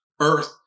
Earth